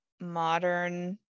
modern